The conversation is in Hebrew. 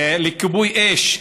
לכיבוי אש,